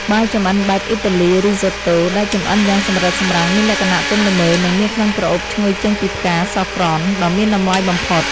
បាយចម្អិនបែបអ៊ីតាលី (Risotto) ដែលចម្អិនយ៉ាងសម្រិតសម្រាំងមានលក្ខណៈទន់ល្មើយនិងមានក្លិនក្រអូបឈ្ងុយចេញពីផ្កាសាហ្វ្រ៉ន់ (Saffron) ដ៏មានតម្លៃបំផុត។